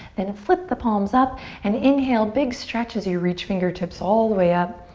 then flip the palms up and inhale big stretch as you reach fingertips all the way up.